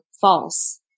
false